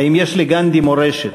האם יש לגנדי מורשת,